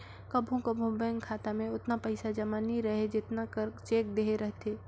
कभों कभों बेंक खाता में ओतना पइसा जमा नी रहें जेतना कर चेक देहे रहथे